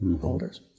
holders